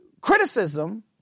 Criticism